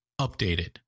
updated